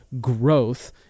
growth